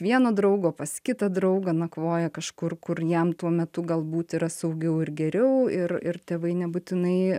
vieno draugo pas kitą draugą nakvoja kažkur kur jam tuo metu galbūt yra saugiau ir geriau ir ir tėvai nebūtinai